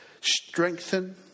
strengthen